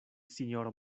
sinjoro